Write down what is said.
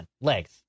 Legs